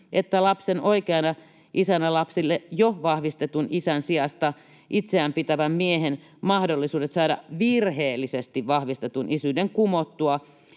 että lapsen oikeana isänä lapselle jo vahvistetun isän sijasta itseään pitävän miehen mahdollisuuksia saada virheellisesti vahvistettu isyys kumottua